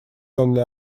only